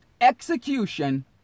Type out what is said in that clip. Execution